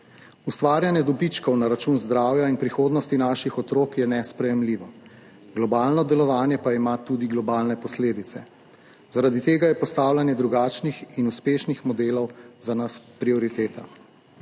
Ustvarjanje dobičkov na račun zdravja in prihodnosti naših otrok je nesprejemljivo, globalno delovanje pa ima tudi globalne posledice, zaradi tega je postavljanje drugačnih in uspešnih modelov za nas prioriteta.